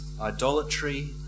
idolatry